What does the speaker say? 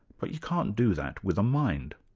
but you can't do that with a mind.